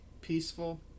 peaceful